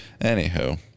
Anywho